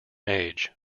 age